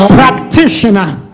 practitioner